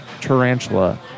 tarantula